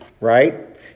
right